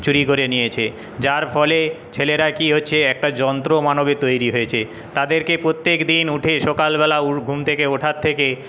চুরি করে নিয়েছে যার ফলে ছেলেরা কি হচ্ছে একটা যন্ত্রমানবে তৈরি হয়েছে তাদেরকে প্রত্যেকদিন উঠে সকালবেলা ঘুম থেকে ওঠার থেকে